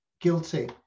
guilty